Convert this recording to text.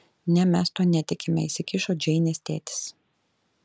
ne mes tuo netikime įsikišo džeinės tėtis